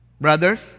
Brothers